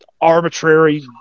arbitrary